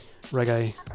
reggae